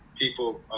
people